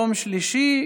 יום שלישי,